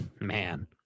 Man